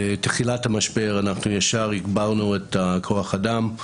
בתחילת המשבר אנחנו הגברנו את כוח האדם,